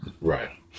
right